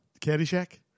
Caddyshack